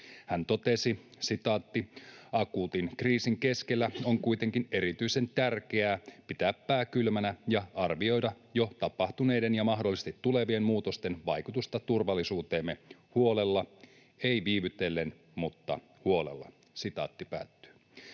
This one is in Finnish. Hän totesi: ”Akuutin kriisin keskellä on kuitenkin erityisen tärkeää pitää pää kylmänä ja arvioida jo tapahtuneiden ja mahdollisesti tulevien muutosten vaikutusta turvallisuuteemme huolella — ei viivytellen, mutta huolella.” Nyt tuo